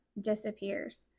disappears